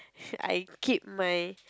I keep my